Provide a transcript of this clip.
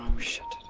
should